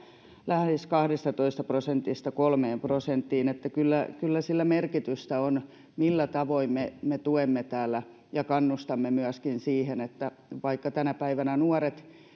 lähes kahdestatoista prosentista kolmeen prosenttiin kyllä kyllä sillä merkitystä on millä tavoin me me tuemme täällä ja kannustamme myöskin siihen kun tänä päivänä nuoret